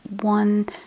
one